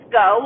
go